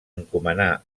encomanar